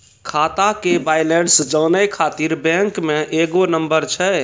खाता के बैलेंस जानै ख़ातिर बैंक मे एगो नंबर छै?